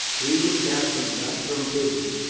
we were captured not from pity,